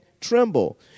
tremble